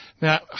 Now